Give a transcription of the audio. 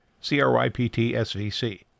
C-R-Y-P-T-S-V-C